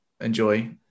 enjoy